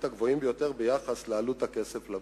הגבוהים ביותר ביחס לעלות הכסף לבנק.